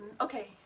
okay